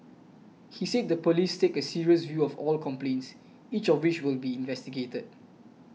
he said the police take a serious view of all complaints each of which will be investigated